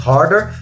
Harder